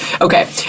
Okay